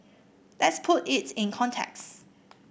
let's put it in context